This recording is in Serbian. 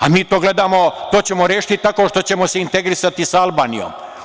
A, mi to gledamo, to ćemo rešiti tako što ćemo se integrisati sa Albanijom.